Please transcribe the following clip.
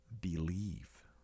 believe